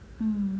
mm